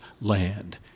land